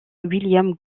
william